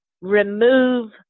remove